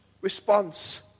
response